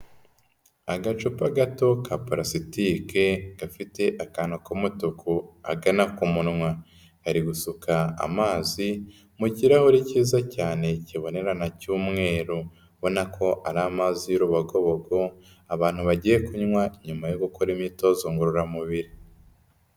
Agacupa gato ka palasitike gafite akantu k'umutuku ahagana ku munwa, kari gusuka amazi mu kirahuri cyiza cyane kibonerana cy'umweru, ubona ko ari amazi y'urubagobogo abantu bagiye kunywa nyuma yo gukora imyitozo ngororamubiri.